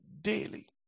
daily